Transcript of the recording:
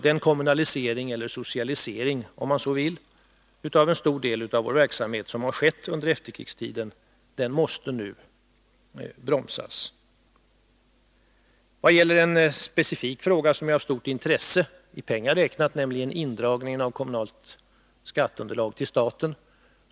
Den kommunalisering — eller socialisering, om man så vill — av en stor del av vår verksamhet som har skett under efterkrigstiden måste nu bromsas upp. En specifik fråga, som är av stort intresse i pengar räknat, är indragningen av kommunalt skatteunderlag till staten.